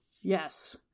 Yes